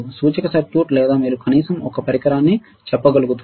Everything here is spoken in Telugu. సూచిక సర్క్యూట్ లేదా మీరు కనీసం ఒక పరికరాన్ని చెప్పగలుగుతారు